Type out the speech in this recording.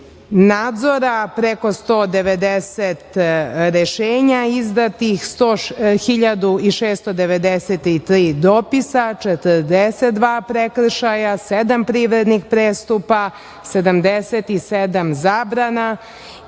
nadzora, preko 190 rešenja izdatih, 1693 dopisa, 42 prekršaja, sedam privrednih prestupa, 77 zabrana